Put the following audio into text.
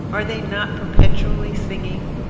are they not perpetually singing?